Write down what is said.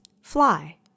fly